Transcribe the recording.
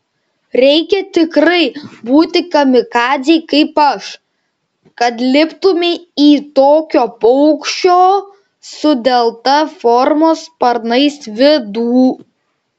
reikia tikrai būti kamikadzei kaip aš kad liptumei į tokio paukščio su delta formos sparnais vidų